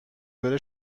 بره